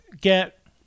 get